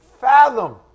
fathom